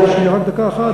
תני לי להשלים רק דקה אחת.